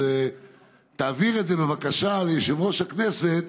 תעביר את זה, בבקשה, ליושב-ראש הכנסת,